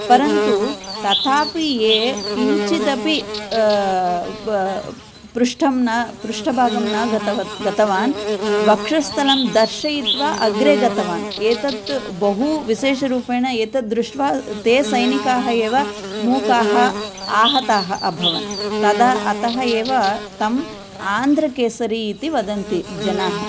परन्तु तथापि ये किञ्चिदपि पृष्ठं न पृष्ठभागं न गतवान् गतवान् वक्षस्थलं दर्शयित्वा अग्रे गतवान् एतत् बहु विशेषरूपेण एतत् दृष्ट्वा ते सैनिकाः एव मूकाः आहताः अभवन् तदा अतः एव तम् आन्ध्रकेसरी इति वदन्ति जनाः